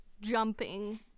jumping